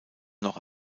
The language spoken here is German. noch